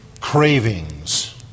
cravings